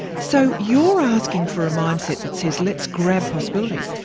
so you're asking for a mindset that says, let's grab possibilities.